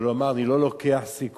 אבל הוא אמר: אני לא לוקח סיכון.